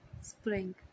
Spring